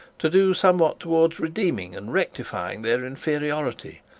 to do somewhat towards redeeming and rectifying their inferiority,